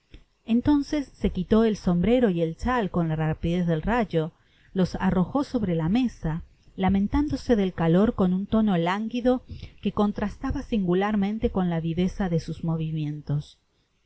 entonees se quitó el sombrero y el chai con la rapidez del rayo los arrojo sobre la mesa lamentándose del calor con un tono lánguido quo contrastaba singularmente con la viveza de sus movimientos